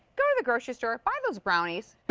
or the grocery store, by those brownies.